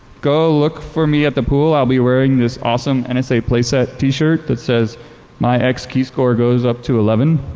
go look for me at the pool. i'll be wearing this awesome and nsa play set t-shirt that says my ex key score goes up to eleven.